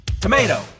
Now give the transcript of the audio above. tomato